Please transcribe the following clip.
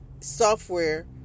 software